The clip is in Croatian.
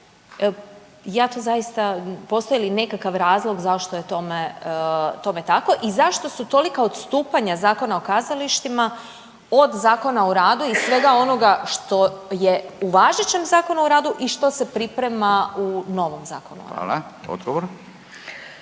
Ja to zaista, postoji li nekakav razlog zašto je tome tako? I zašto su tolika odstupanja Zakona o kazalištima od Zakona o radu i svega onoga što je u važećem Zakonu o radu i što se priprema u novom Zakonu o